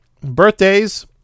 Birthdays